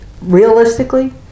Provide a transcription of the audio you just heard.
Realistically